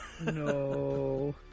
No